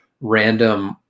random